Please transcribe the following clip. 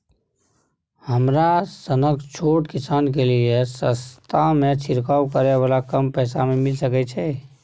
हमरा सनक छोट किसान के लिए सस्ता में छिरकाव करै वाला कम पैसा में मिल सकै छै?